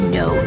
no